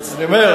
אני אומר,